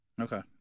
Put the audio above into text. Okay